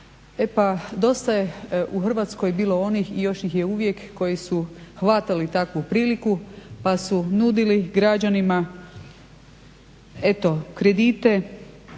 E pa dosta je u Hrvatskoj bilo onih i još ih je uvijek koji su hvatali takvu priliku pa su nudili građanima eto kredite